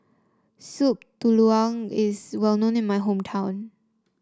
Soup Tulang is well known in my hometown